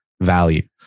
value